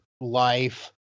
life